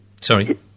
Sorry